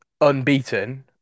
unbeaten